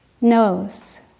knows